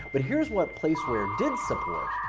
but here's what placeware did support.